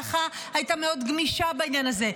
ההלכה הייתה מאוד גמישה בעניין הזה.